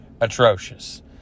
atrocious